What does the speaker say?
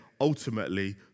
ultimately